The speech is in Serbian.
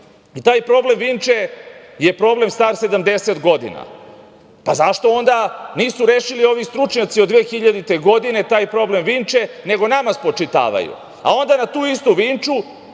Taj problem Vinče je problem star 70 godina. Zašto onda nisu rešili ovi stručnjaci od 2000. godine taj problem Vinče, nego nama spočitavaju? Onda na tu istu Vinču